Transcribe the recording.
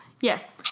Yes